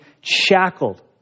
shackled